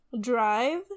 drive